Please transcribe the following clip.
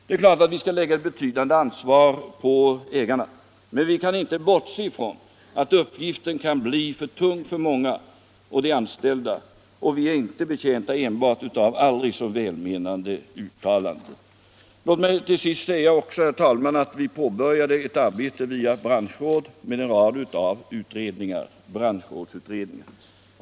Det är klart att vi skall lägga ett betydande ansvar 1i sådana frågor på företagsägarna, men vi kan inte bortse ifrån att uppgiften kan bli för tung för många, och de anställda är inte enbart betjänta av aldrig så välmenande uttalanden. Inom den förutvarande regeringen påbörjade' vi ett arbete med en rad utredningar via branschråd.